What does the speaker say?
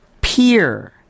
peer